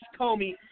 Comey